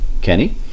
Kenny